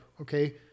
okay